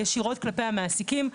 ישירות כלפי המעסיקים,